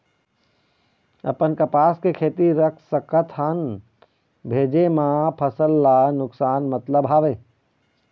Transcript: अपन कपास के खेती रख सकत हन भेजे मा फसल ला नुकसान मतलब हावे?